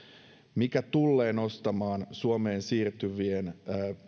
mikä tullee nostamaan suomeen siirtyvien